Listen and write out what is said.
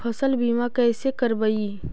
फसल बीमा कैसे करबइ?